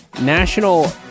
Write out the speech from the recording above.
National